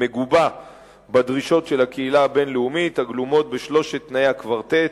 מגובה בדרישות של הקהילה הבין-לאומית הגלומות בשלושת תנאי הקוורטט: